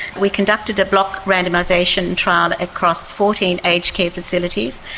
we conducted a block randomisation trial across fourteen aged care facilities,